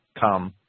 come